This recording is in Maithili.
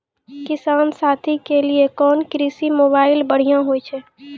किसान साथी के लिए कोन कृषि मोबाइल बढ़िया होय छै?